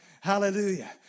Hallelujah